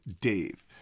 Dave